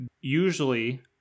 usually